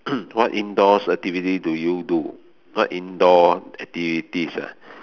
what indoor activities do you do what indoor activities ah